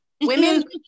Women